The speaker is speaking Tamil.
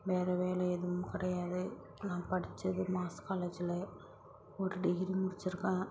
வேறு வேலை எதுவும் கிடையாது நான் படிச்சது மாஸ் காலேஜில் ஒரு டிகிரி முடிச்சுருக்கேன்